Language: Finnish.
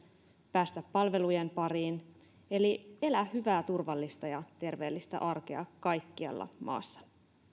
päästä palvelujen pariin eli elää hyvää turvallista ja terveellistä arkea kaikkialla maassa